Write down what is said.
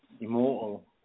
Immortal